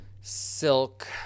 silk